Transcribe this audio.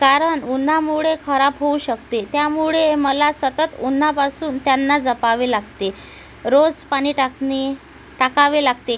कारण उन्हामुळे खराब होऊ शकते त्यामुळे मला सतत उन्हापासून त्यांना जपावे लागते रोज पाणी टाकणे टाकावे लागते